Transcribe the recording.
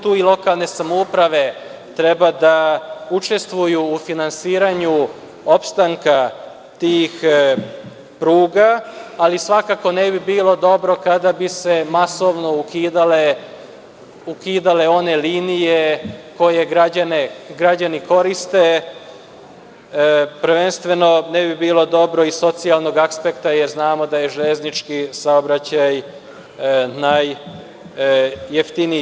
Tu i lokalne samouprave treba da učestvuju u finansiranju opstanka tih pruga, ali svakako ne bi bilo dobro kada bi se masovno ukidale one linije koje građani koriste, prvenstveno ne bi bilo dobro iz socijalnog aspekta, jer znamo da je železnički saobraćaj najjeftiniji.